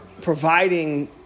providing